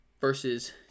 versus